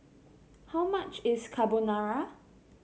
how much is Carbonara